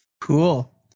Cool